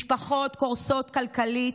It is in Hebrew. משפחות קורסות כלכלית,